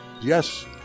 Yes